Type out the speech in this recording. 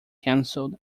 cancelled